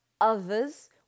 others